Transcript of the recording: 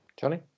Johnny